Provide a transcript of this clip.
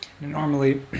normally